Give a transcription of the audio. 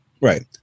Right